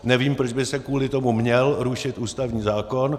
Nevím, proč by se kvůli tomu měl rušit ústavní zákon.